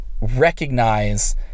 Recognize